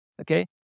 Okay